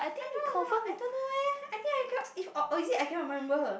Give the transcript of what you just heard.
I do not know I don't know eh I think I got if or is it I cannot remember